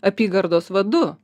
apygardos vadu